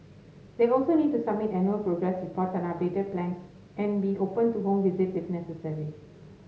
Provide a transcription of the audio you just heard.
they also need to submit annual progress reports and updated plans and be open to home visits if necessary